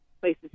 places